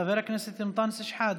חבר הכנסת אנטאנס שחאדה,